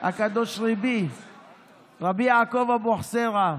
הקדוש רבי יעקב אבוחצירא,